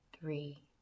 three